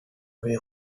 way